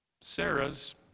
Sarah's